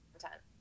content